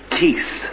teeth